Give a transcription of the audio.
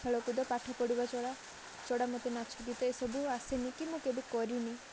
ଖେଳକୁଦ ପାଠ ପଢିବା ଛଡା ଛଡା ମତେ ନାଚ ଗୀତ ଏସବୁ ଆସେନିକି ମୁଁ କେବେ କରିନି